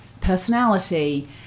personality